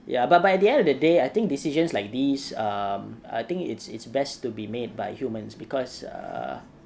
ya but by the end of the day I think decisions like these um I think it's it's best to be made by humans because err